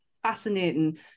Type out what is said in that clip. fascinating